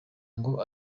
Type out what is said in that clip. ngo